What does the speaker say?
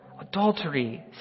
adultery